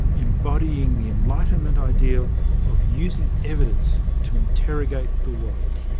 embodying the enlightenment ideal of using evidence to interrogate the world.